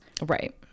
right